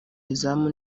izamu